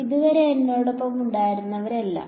ഇതുവരെ എന്നോടൊപ്പം ഉണ്ടായിരുന്നവരെല്ലാം